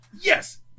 yes